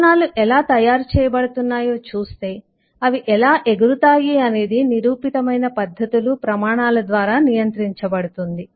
విమానాలు ఎలా తయారు చేయబడుతున్నాయో చూస్తే అవి ఎలా ఎగురుతాయి అనేది నిరూపితమైన పద్ధతులు ప్రమాణాల ద్వారా నియంత్రించబడుతుంది